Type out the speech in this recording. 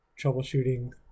troubleshooting